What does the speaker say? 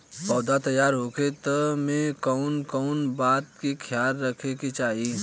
पौधा तैयार होखे तक मे कउन कउन बात के ख्याल रखे के चाही?